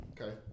Okay